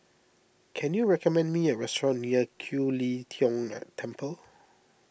can you recommend me a restaurant near Kiew Lee Tong An Temple